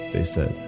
they said.